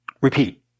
repeat